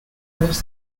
was